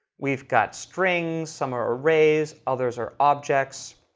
we've got strings. some are arrays. others are objects.